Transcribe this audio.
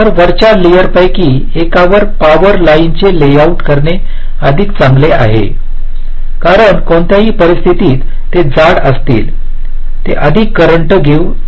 तर वरच्या लेयरपैकी एकावर पॉवर लाइनचे लेआउट करणे अधिक चांगले आहे कारण कोणत्याही परिस्थितीत ते जाड असतील ते अधिक करंट घेऊ शकतात